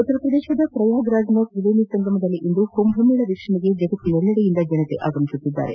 ಉತ್ತರ ಪ್ರದೇಶದ ಪ್ರಯಾಗ್ ರಾಜ್ನ ತ್ರಿವೇಣಿ ಸಂಗಮದಲ್ಲಿಂದು ಕುಂಭಮೇಳ ವೀಕ್ಷಣೆಗೆ ಜಗತ್ತಿನೆಲ್ಲೆಡೆಯಿಂದ ಜನರು ಆಗಮಿಸುತ್ತಿದ್ದಾರೆ